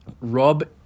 Rob